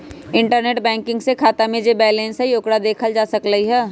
internet banking से खाता में जे बैलेंस हई ओकरा देखल जा सकलई ह